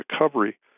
recovery